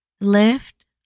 Lift